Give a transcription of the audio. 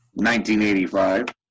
1985